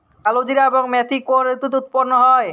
কালোজিরা এবং মেথি কোন ঋতুতে উৎপন্ন হয়?